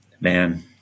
Man